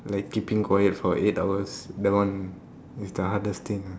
like keeping quiet for eight hours that one is the hardest thing ah